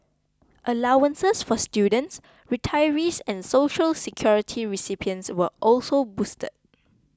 allowances for students retirees and Social Security recipients were also boosted